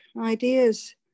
ideas